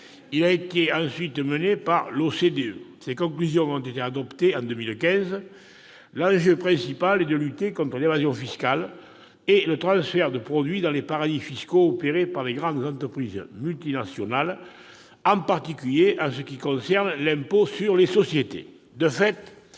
Il a ensuite été mené par l'OCDE. Ses conclusions ont été adoptées en 2015. L'enjeu principal est de lutter contre l'évasion fiscale et le transfert de profits dans les paradis fiscaux opérés par les grandes entreprises multinationales, singulièrement en ce qui concerne l'impôt sur les sociétés.